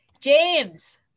James